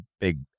big